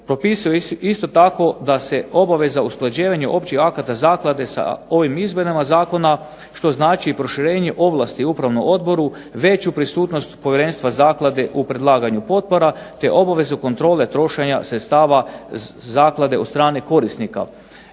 Propisuje se isto tako da se obaveza o usklađivanju općih akata zaklade sa ovim izmjenama zakona, što znači i proširenje ovlasti upravnom odboru, veću prisutnost povjerenstva zaklade u predlaganju potpora, te obavezu kontrole trošenja sredstava zaklade od strne korisnika.